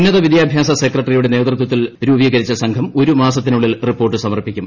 ഉന്നത വിദ്യാഭ്യാസ സെക്രട്ടറിയുടെ നേതൃത്വത്തിൽ രൂപീകരിച്ച സംഘം ഒരു മാസത്തിനുള്ളിൽ റിപ്പോർട്ട് സമർപ്പിക്കും